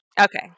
okay